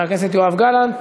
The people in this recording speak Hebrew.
חבר הכנסת יואב גלנט.